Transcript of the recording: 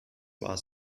war